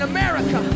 America